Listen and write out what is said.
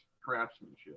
craftsmanship